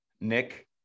Nick